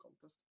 contest